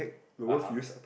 (uh huh)